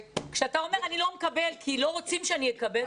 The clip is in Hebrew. כשאתה אומר אני לא מקבל כי לא רוצים שאני אקבל,